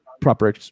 proper